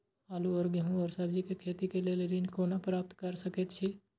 आलू और गेहूं और सब्जी के खेती के लेल ऋण कोना प्राप्त कय सकेत छी?